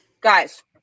guys